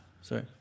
Sorry